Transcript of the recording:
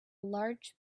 large